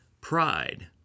pride